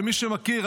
למי שמכיר,